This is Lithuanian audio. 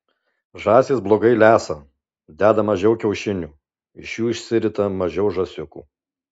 žąsys blogai lesa deda mažiau kiaušinių iš jų išsirita mažiau žąsiukų